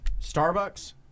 Starbucks